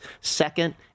second